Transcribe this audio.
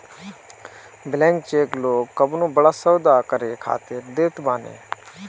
blank cheque लोग कवनो बड़ा सौदा करे खातिर देत बाने